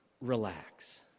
Relax